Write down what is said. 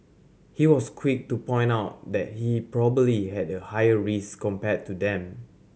he was quick to point out that he probably had a higher risk compared to them